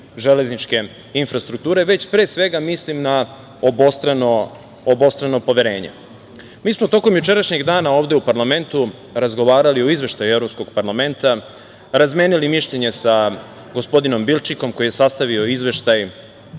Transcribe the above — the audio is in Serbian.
železničke infrastrukture, već pre svega mislim na obostrano poverenje. Mi smo tokom jučerašnjeg dana ovde u parlamentu razgovarali o Izveštaju Evropskog parlamenta, razmenili mišljenje sa gospodinom Bilčkikom koji je sastavio Izveštaj